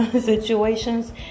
situations